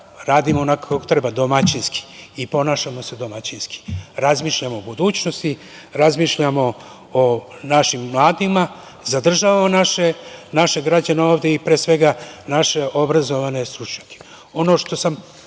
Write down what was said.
Radimo onako kako treba, domaćinski, i ponašamo se domaćinski. Razmišljamo o budućnosti, razmišljamo o našim mladima, zadržavamo naše građane ovde, i pre svega naše obrazovane stručnjake. Ono